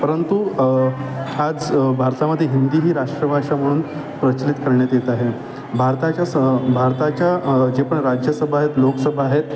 परंतु आज भारतामध्ये हिंदी ही राष्ट्रभाषा म्हणून प्रचलित करण्यात येत आहे भारताच्या स भारताच्या जे पण राज्यसभा आहेत लोकसभा आहेत